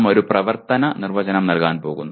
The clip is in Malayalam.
നാം ഒരു പ്രവർത്തന നിർവചനം നൽകാൻ പോകുന്നു